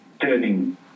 turning